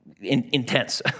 intense